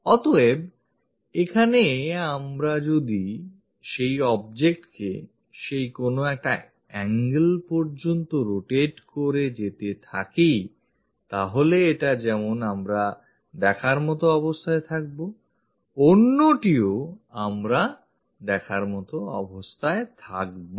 অতএব এখানে আমরা যদি সেই objectকে সেই কোন একটা angle পর্যন্ত rotate করে যেতে থাকি তাহলে এটা যেমন আমরা দেখার মতো অবস্থায় থাকবো অন্যটিও আমরা দেখার মতো অবস্থায় থাকবো